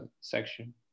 section